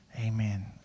amen